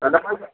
এনে পাইছে পাইছে